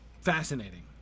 Fascinating